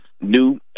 new